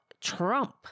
Trump